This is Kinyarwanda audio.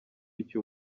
icyo